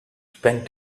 spend